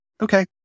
okay